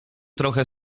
trochę